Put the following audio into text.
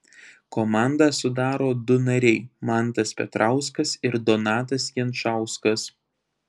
komandą sudaro du nariai mantas petrauskas ir donatas jančauskas